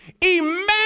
Imagine